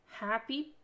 happy